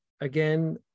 again